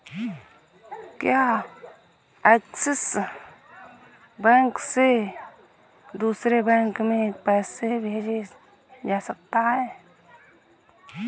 क्या Axis bank से दूसरे बैंक में पैसे भेजे जा सकता हैं?